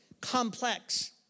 complex